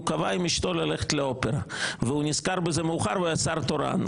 קבע עם אשתו ללכת לאופרה והוא נזכר בזה מאוחר והיה שר תורן.